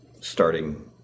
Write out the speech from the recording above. starting